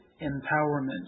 empowerment